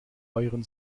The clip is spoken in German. euren